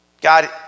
God